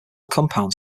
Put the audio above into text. compounds